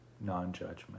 non-judgment